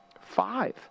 Five